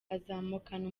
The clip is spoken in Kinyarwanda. azamukana